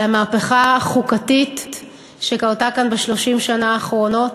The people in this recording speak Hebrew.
על המהפכה החוקתית שקרתה כאן ב-30 השנים האחרונות